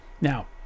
Now